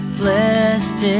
blessed